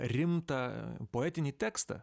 rimtą poetinį tekstą